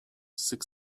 sık